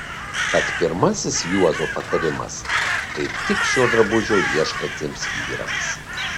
tad pirmasis juozo patarimas kaip tik šio drabužio ieškantiems vyrams